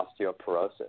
osteoporosis